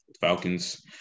Falcons